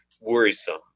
worrisome